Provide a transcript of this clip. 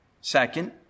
Second